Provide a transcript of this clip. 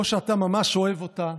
או שאתה ממש אוהב אותה,